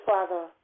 Father